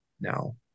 now